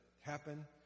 happen